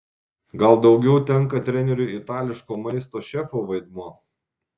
gal daugiau tenka treneriui itališko maisto šefo vaidmuo